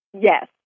Yes